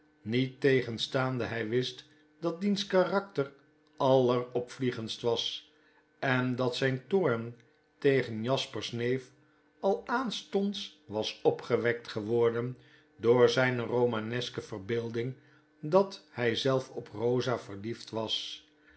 niettegenstaande hy wist dat diens karakter aller opvliegendst was en dat zyn toorn tegen jasper's neef al aanstonds was opgewekt geworden door zijne roraaneske verbeelding dat hy zelf op rosa verliefd was